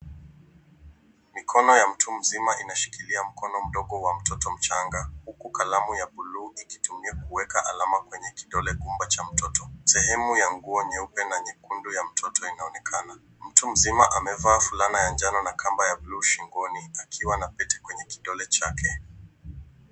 Mikono ya mtu mzima imeshikilia mkono mdogo wa mtoto mchanga huku kalamu ya buluu ikitumiwa kuweka alama kwenye kidole gumba cha mtoto. Sehemu ya nguo nyeupe na nyekundu ya mtoto inaonekana. Mtu mzima amevaa fulana ya njano na kamba ya bluu shingoni akiwa na pete kwenye kidole chake.